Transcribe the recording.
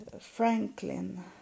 Franklin